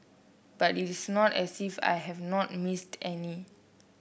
but it is not as if I have not missed any